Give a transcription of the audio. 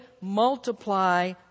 multiply